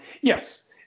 Yes